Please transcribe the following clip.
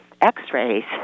x-rays